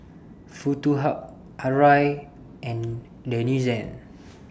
Foto Hub Arai and Denizen